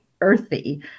earthy